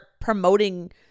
promoting